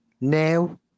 now